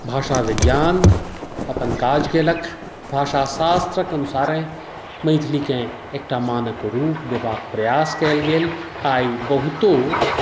भाषा विज्ञान अपन काज कयलक भाषा शास्त्रक अनुसारे अपना मैथिलीकेँ एकटा मानक रूप देबाक प्रयास कयल गेल आइ बहुतो